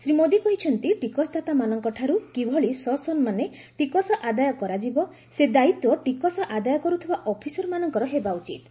ଶୀ ମୋଦୀ କହିଛନ୍ତି ଟିକସଦାତାମାନଙ୍କ ଠାରୁ କିଭଳି ସସମ୍ମାନେ ଟିକସ ଆଦାୟ କରାଯିବ ସେ ଦାୟିତ୍ୱ ଟିକସ ଆଦାୟ କରୁଥିବା ଅଫିସରମାନଙ୍କର ହେବା ଉଚିତ୍